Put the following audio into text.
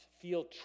feel